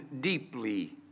deeply